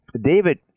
David